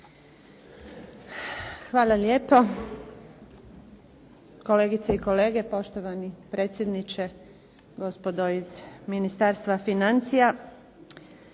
Hvala lijepo. Kolegice i kolege, poštovani predsjedniče. Gospodo iz Ministarstva financija.